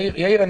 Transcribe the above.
יאיר,